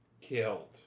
killed